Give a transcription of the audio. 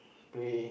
play